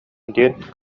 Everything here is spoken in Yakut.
диэн